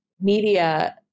media